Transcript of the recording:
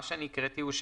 מה שהקראתי הוא,